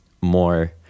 more